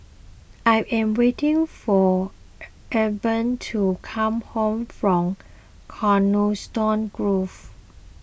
I am waiting for Egbert to come back from Coniston Grove